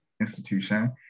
institution